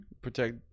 protect